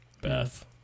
Beth